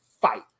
fight